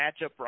matchup